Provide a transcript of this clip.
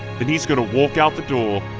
then he's gonna walk out the door.